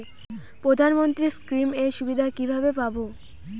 প্রধানমন্ত্রী স্কীম এর সুবিধা কিভাবে পাবো?